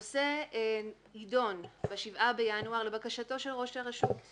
הנושא יידון ב-7 בינואר לבקשתו של ראש הרשות,